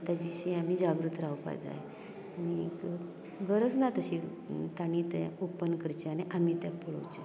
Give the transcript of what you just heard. ताजे विशी आमी जागृत रावपाक जाय आनी एक गरज ना तशी तांणी तें ओपन करचें आनी आमी तें पळोवचें